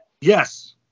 Yes